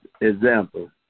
example